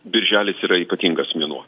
birželis yra ypatingas mėnuo